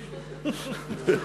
אני יודע.